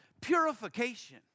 Purification